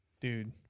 Dude